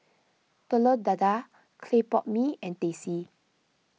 Telur Dadah Clay Pot Mee and Teh C